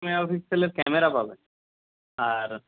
mega পিক্সেলের camera পাবেন আর